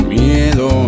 miedo